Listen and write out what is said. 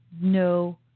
No